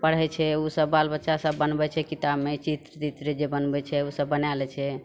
पढ़ै छै ओसब बाल बच्चासभ बनबै छै किताबमे ई चित्र चित्र जे बनबै छै ओसब बनै लै छै